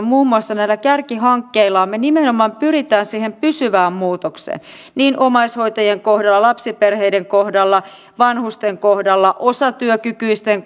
muun muassa näillä kärkihankkeilla nimenomaan pyrimme siihen pysyvään muutokseen niin omaishoitajien kohdalla lapsiperheiden kohdalla vanhusten kohdalla osatyökykyisten